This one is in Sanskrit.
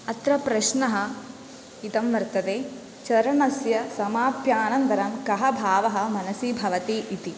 अत्र प्रश्नः इदं वर्तते चरणस्य समाप्यानन्तरं कः भावः मनसि भवति इति